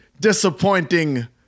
disappointing